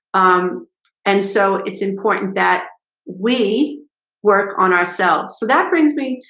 um and so it's important that we work on ourselves so that brings me.